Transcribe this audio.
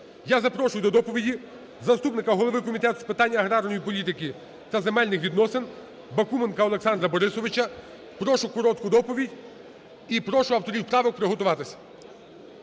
Я запрошую до доповіді заступника голови Комітету з питань аграрної політики та земельних відносин Бакуменка Олександра Борисовича. Прошу коротку доповідь і прошу авторів правок приготуватись.